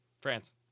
France